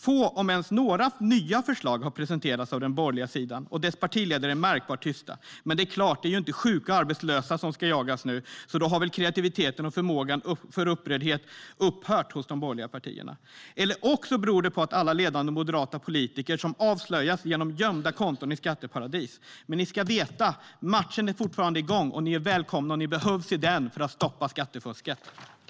Få, om ens några, nya förslag har presenterats av den borgerliga sidan, och dess partiledare är märkbart tysta. Men det är klart - det är ju inte sjuka och arbetslösa som ska jagas nu, så kreativiteten och förmågan till upprördhet har väl upphört hos de borgerliga partierna. Eller också beror det på alla ledande moderata politiker som avslöjats med att ha gömda konton i skatteparadis. Ni ska dock veta att matchen fortfarande är igång! Ni är välkomna, och ni behövs, i den för att stoppa skattefusket.